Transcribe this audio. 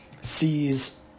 sees